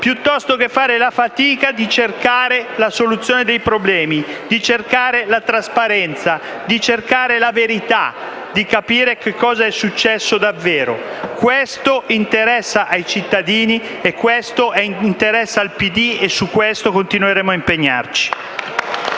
piuttosto che fare la fatica di cercare la soluzione dei problemi, la trasparenza e la verità, per capire che cosa è successo davvero. Questo interessa ai cittadini. Questo interessa al PD e su questo continueremo a impegnarci.